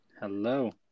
Hello